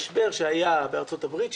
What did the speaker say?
המשבר שהיה בארצות-הברית.